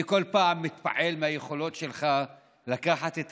אני כל פעם מתפעל מהיכולות שלך לקחת את